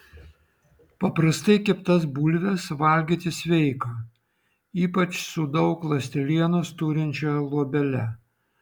paprastai keptas bulves valgyti sveika ypač su daug ląstelienos turinčia luobele